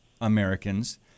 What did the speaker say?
Americans